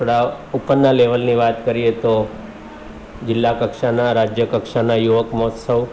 થોડા ઉપરના લેવલની વાત કરીએ તો જિલ્લા કક્ષાના રાજ્ય કક્ષાના યુવક મહોત્સવ